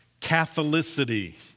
Catholicity